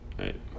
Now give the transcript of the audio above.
Right